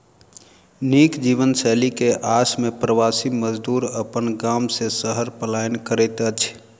नीक जीवनशैली के आस में प्रवासी मजदूर अपन गाम से शहर पलायन करैत अछि